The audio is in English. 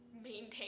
Maintain